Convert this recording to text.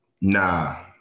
Nah